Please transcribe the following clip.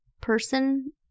person